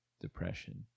depression